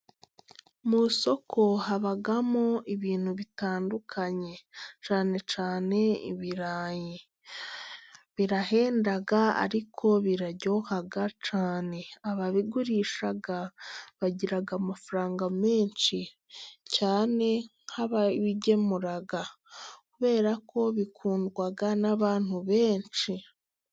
Mu isoko habamo ibintu bitandukanye cyane cyane ibirayi. Birahenda ariko biraryoha cyane. Ababigurisha bagira amafaranga menshi cyane nk'ababigemura kubera ko bikundwa n'abantu benshi.